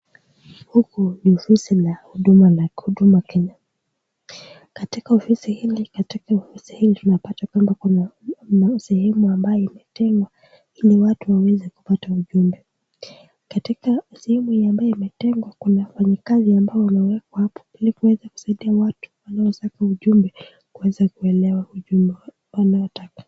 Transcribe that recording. Huku ni ofisi la huduma Kenya, katika ofisi hili tunaona kuna sehemu ambayo imetengwa ili watu waweze kupata ujumbe. Katika sehemu hii ambayo imetengwa kuna wafanyikazi ambao wameekwa hapo ili kuweza kusaidia watu wanao taka ujumbe ili kuelewa ujumbe wanaotaka.